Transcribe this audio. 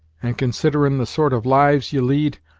and, considerin' the sort of lives ye lead,